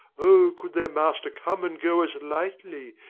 o, could their master come and go as lightly,